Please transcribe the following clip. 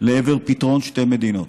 לעבר פתרון שתי מדינות.